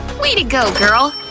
way to go, girl!